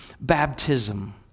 baptism